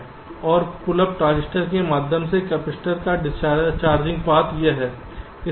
और pull up transistor के माध्यम से कपैसिटर का चार्जिंग पाथ यह है